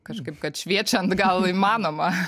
kažkaip kad šviečiant gal įmanoma